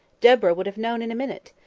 deborah would have known in a minute.